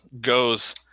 goes